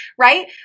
Right